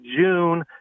June